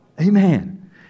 Amen